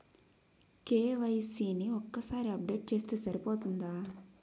KYC ని ఒక్కసారి update చేస్తే సరిపోతుందా?